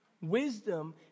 Wisdom